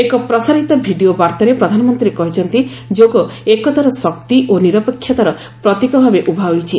ଏକ ପ୍ରସାରିତ ଭିଡ଼ିଓ ବାର୍ତ୍ତାରେ ପ୍ରଧାନମନ୍ତ୍ରୀ କହିଛନ୍ତି ଯୋଗ ଏକତାର ଶକ୍ତି ଓ ନିରପେକ୍ଷତାର ପ୍ରତୀକ ଭାବେ ଉଭା ହୋଇଛି